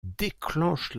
déclenche